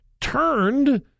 turned